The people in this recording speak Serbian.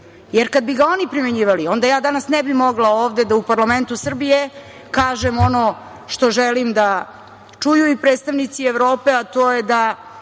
jer kada bi ga oni primenjivali onda ja danas ne bi mogla ovde da u parlamentu Srbije kažem ono što želim da čuju i predstavnici Evrope, a to je da